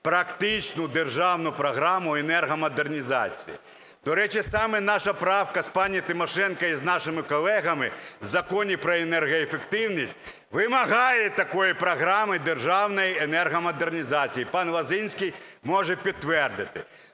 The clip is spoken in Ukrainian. практичну державну програму енергомодернізації. До речі, саме наша правка з пані Тимошенко і з нашими колегами в Законі про енергоефективність вимагає такої програми державної енергомодернізації. Пан Лозинський може підтвердити.